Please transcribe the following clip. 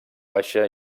baixa